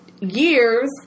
years